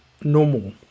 normal